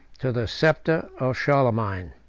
to the sceptre of charlemagne.